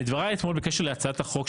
בדבריי אתמול בקשר להצעת החוק,